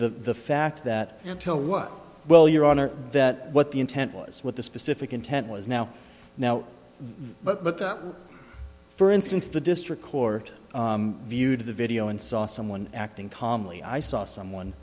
the fact that until what well your honor that what the intent was what the specific intent was now but that for instance the district court viewed the video and saw someone acting calmly i saw someone